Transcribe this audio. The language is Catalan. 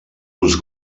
uns